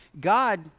God